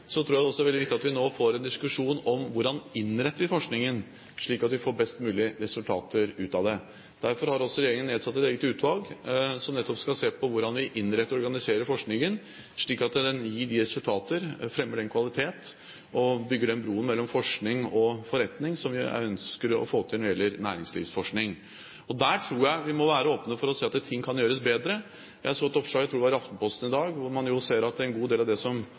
tror jeg det er veldig viktig at vi nå får en diskusjon om: Hvordan innretter vi forskningen, slik at vi får best mulig resultater ut av det? Derfor har regjeringen nedsatt et eget utvalg som nettopp skal se på hvordan vi innretter og organiserer forskningen, slik at den gir de resultater, fremmer den kvalitet og bygger den broen mellom forskning og forretning som vi ønsker å få til når det gjelder næringslivsforskning. Der tror jeg vi må være åpne for å se at ting kan gjøres bedre. Jeg så et oppslag – jeg tror det var i Aftenposten i dag – hvor man ser at en god del av det